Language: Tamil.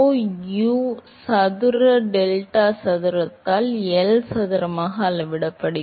எனவே deltaPy என்பது Rho U சதுர டெல்டா சதுரத்தால் L சதுரமாக அளவிடப்படுகிறது